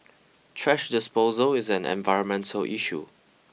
thrash disposal is an environmental issue